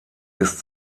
ist